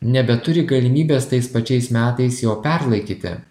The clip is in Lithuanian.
nebeturi galimybės tais pačiais metais jo perlaikyti